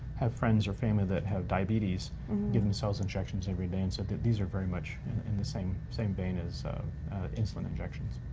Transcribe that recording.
have friends or family that have diabetes and give themselves injections every day, and said that these are very much in the same same vein as insulin injections.